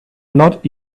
not